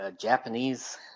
Japanese